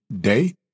day